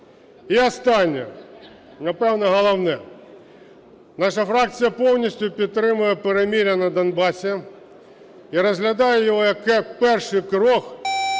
І останнє, напевно, головне. Наша фракція повністю підтримує перемир'я на Донбасі і розглядає його, як перший крок